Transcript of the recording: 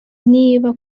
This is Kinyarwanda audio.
niba